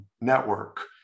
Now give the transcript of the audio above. network